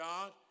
God